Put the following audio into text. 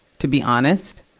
to be honest,